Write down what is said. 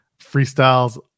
freestyles